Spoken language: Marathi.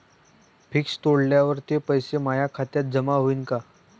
फिक्स तोडल्यावर ते पैसे माया खात्यात जमा होईनं का?